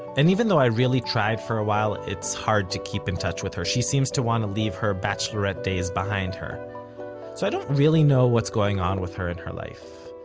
and even though i really tried for a while, it's hard to keep in touch with her she seems to want to leave her bachelorette days behind her. so i don't really know what's going on with her in her life,